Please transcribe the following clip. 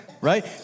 Right